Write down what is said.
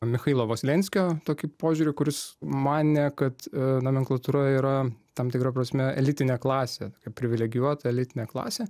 michailo voslenskio tokį požiūrį kuris manė kad nomenklatūra yra tam tikra prasme elitinė klasė privilegijuota elitinė klasė